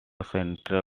central